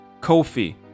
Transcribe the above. Ko-fi